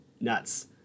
nuts